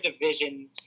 division